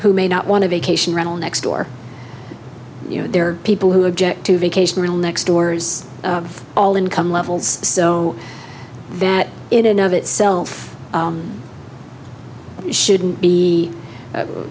who may not want to vacation rental next door you know there are people who object to vacation real next doors of all income levels so that in and of itself shouldn't be